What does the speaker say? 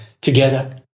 together